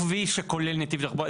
זה לא כביש שכולל נתיב תחבורה.